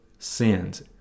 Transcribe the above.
sins